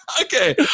Okay